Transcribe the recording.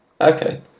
Okay